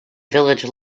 village